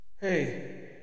Hey